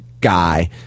guy